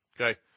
Okay